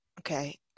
Okay